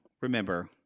Remember